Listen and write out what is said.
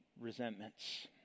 resentments